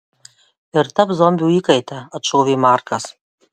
ir taps zombių įkaite atšovė markas